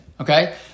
Okay